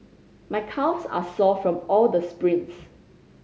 my calves are sore from all the sprints